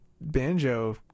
banjo